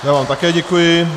Já vám také děkuji.